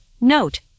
note